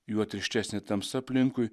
juo tirštesnė tamsa aplinkui